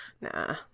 nah